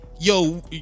yo